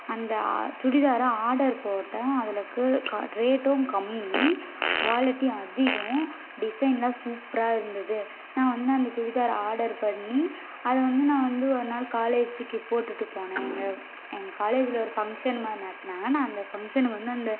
அந்த ஆ சுடிதாரை ஆர்டர் போட்டேன் அதுலேக்கு கா ரேட்டும் கம்மி குவாலட்டி அதிகம் டிசைனெலாம் சூப்பராக இருந்தது நான் வந்து அந்த சுடிதாரை ஆர்டர் பண்ணி அதைவந்து நான் வந்து ஒருநாள் காலேஜூக்கு போட்டுகிட்டு போனேன் எங்கள் எங்கள் காலேஜில் ஒரு ஃபங்ஷன் மாதிரி நடத்தினாங்க நான் அந்த ஃபங்ஷனுக்கு வந்து அந்த